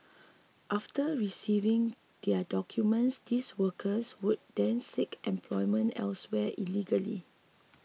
after receiving their documents these workers would then seek employment elsewhere illegally